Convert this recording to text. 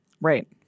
Right